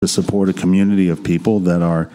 To support a community of people that are...